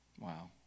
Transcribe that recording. Wow